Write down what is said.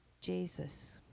Jesus